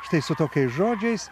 štai su tokiais žodžiais